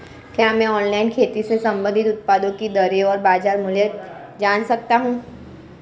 क्या मैं ऑनलाइन खेती से संबंधित उत्पादों की दरें और बाज़ार मूल्य जान सकता हूँ?